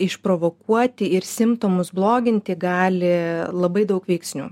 išprovokuoti ir simptomus bloginti gali labai daug veiksnių